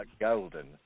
golden